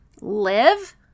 live